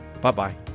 Bye-bye